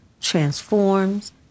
transforms